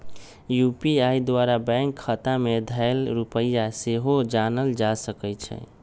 UPI द्वारा bank खता में धएल रुपइया सेहो जानल जा सकइ छै